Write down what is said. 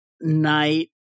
night